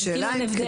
זה כאילו אין הבדל.